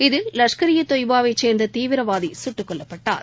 இதில் லஷ்கர் ஈ தொய்பா வைச் சேர்ந்த தீவிரவாதி சுட்டுக் கொல்லப்பட்டார்